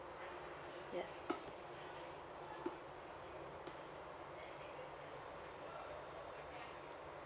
yes